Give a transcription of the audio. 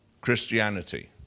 Christianity